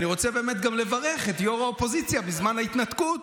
אני באמת רוצה גם לברך את ראש האופוזיציה בזמן ההתנתקות,